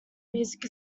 music